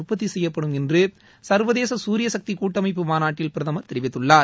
உற்பத்தி செய்யப்படும் என்று சள்வதேச சூரியசக்தி கூட்டமைப்பு மாநாட்டில் பிரதம் தெரிவித்துள்ளார்